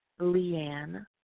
leanne